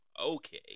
Okay